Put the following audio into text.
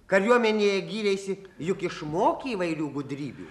kariuomenėje gyreisi juk išmokė įvairių gudrybių